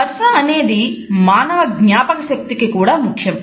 స్పర్శ అనేది మానవ జ్ఞాపకశక్తి కి కూడా ముఖ్యం